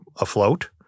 afloat